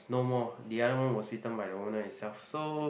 no more the other one was eaten by the owner itself so